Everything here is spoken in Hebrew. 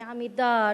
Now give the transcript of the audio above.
מ"עמידר",